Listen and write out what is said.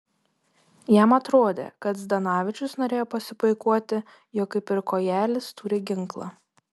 jam atrodė kad zdanavičius norėjo pasipuikuoti jog kaip ir kojelis turi ginklą